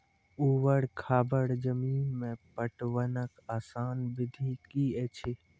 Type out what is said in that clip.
ऊवर खाबड़ जमीन मे पटवनक आसान विधि की ऐछि?